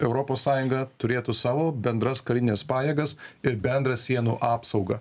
europos sąjunga turėtų savo bendras karines pajėgas ir bendrą sienų apsaugą